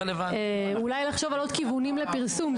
אפשר לחשוב על עוד כיוונים לפרסום.